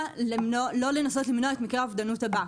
למה לא לנסות למנוע את מקרה האובדנות הבא?